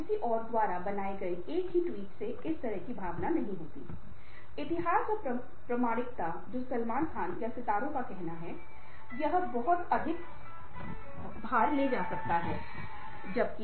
विभिन्न क्षेत्रों के कई लोग मौजूद हैं फिर बातचीत जारी है